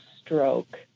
stroke